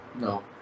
no